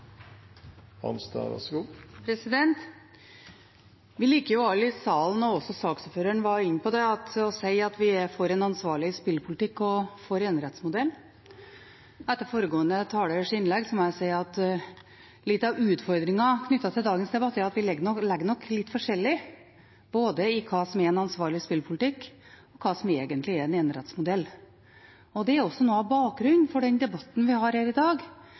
for en ansvarlig spillpolitikk og for enerettsmodellen. Etter foregående talers innlegg må jeg si at litt av utfordringen med dagens debatt er at vi nok legger litt forskjellig i både hva som er en ansvarlig spillpolitikk, og hva en enerettsmodell egentlig er. Det er også noe av bakgrunnen for debatten vi har i dag,